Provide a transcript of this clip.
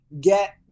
get